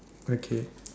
okay